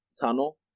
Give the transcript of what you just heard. tunnel